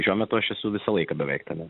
šiuo metu aš esu visą laiką beveikti